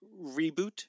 reboot